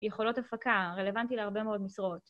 יכולות הפקה, רלוונטי להרבה מאוד משרות.